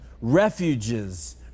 refuges